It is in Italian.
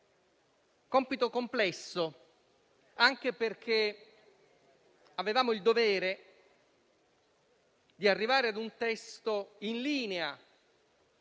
compito complesso, anche perché avevamo il dovere di arrivare ad un testo in linea